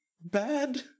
bad